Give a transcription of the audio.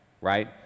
right